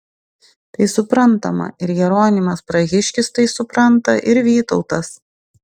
tai supranta ir jeronimas prahiškis tai supranta ir vytautas